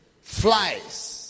Flies